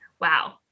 Wow